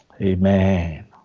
Amen